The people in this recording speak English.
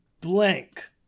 Blank